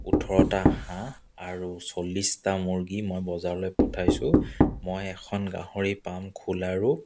ওঠৰটা হাঁহ আৰু চল্লিছটা মুৰ্গী মই বজাৰলৈ পঠাইছোঁ মই এখন গাহৰি পাম খোলাৰো